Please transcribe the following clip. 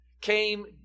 came